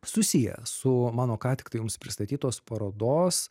susiję su mano ką tiktai jums pristatytos parodos